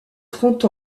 trente